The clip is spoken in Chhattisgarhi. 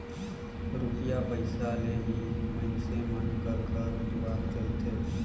रूपिया पइसा ले ही मइनसे मन कर घर दुवार चलथे